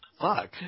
fuck